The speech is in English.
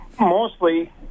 mostly